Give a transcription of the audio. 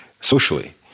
socially